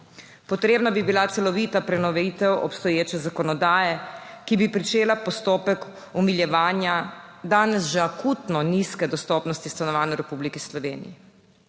Potrebna bi bila celovita prenovitev obstoječe zakonodaje, ki bi pričela postopek omiljevanja danes že akutno nizke dostopnosti stanovanj v Republiki Sloveniji.